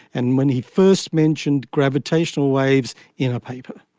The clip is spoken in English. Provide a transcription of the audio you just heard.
and when he first mentioned gravitational waves in a paper.